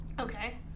Okay